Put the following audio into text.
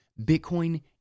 Bitcoin